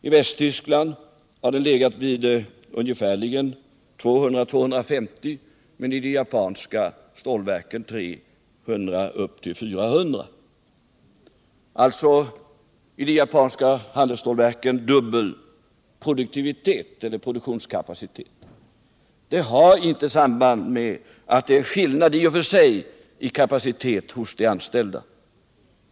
I Västtyskland har den legat vid ungefärligen 200-250 ton och i de japanska stålverken på 300-400 ton. I de japanska handelsstålverken har alltså produktionskapaciteten varit dubbelt så stor som i de svenska. Det har inte samband med att det är skillnad i och för sig i kapacitet hos de anställda.